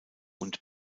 und